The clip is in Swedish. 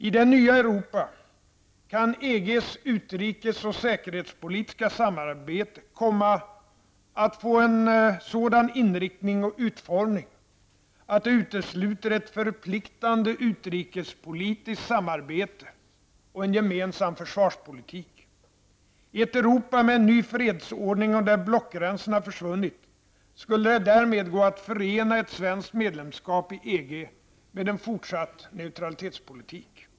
I det nya Europa kan EGs utrikes och säkerhetspolitiska samarbete komma att få en sådan inriktning och utformning att det utesluter ett förpliktande utrikespolitiskt samarbete och en gemensam försvarspolitik. I ett Europa, med en ny fredsordning och där blockgränserna försvunnit, skulle det därmed gå att förena ett svenskt medlemskap i EG med en fortsatt neutralitetspolitik.